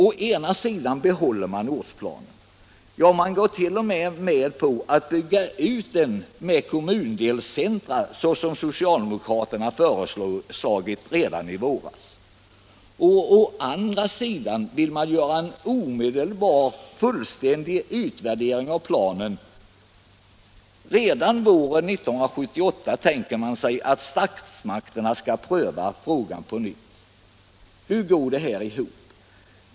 Å ena sidan behåller man ortsplanen och går t.o.m. med på att bygga ut den med kommundelscentra, någonting som socialdemokraterna föreslog redan i våras. Å andra sidan vill man göra en omedelbar och fullständig utvärdering av planen. Man tänker sig att statsmakterna redan våren 1978 skall pröva frågan på nytt. Hur går det här ihop?